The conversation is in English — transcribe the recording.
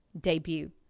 debut